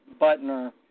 Butner